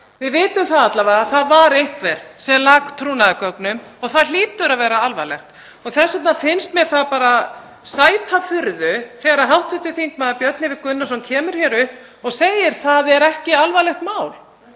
Við vitum alla vega að það var einhver sem lak trúnaðargögnum og það hlýtur að vera alvarlegt. Þess vegna finnst mér það sæta furðu þegar hv. þm. Björn Leví Gunnarsson kemur hingað upp og segir: Það er ekki alvarlegt mál.